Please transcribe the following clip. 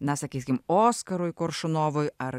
na sakykim oskarui koršunovui ar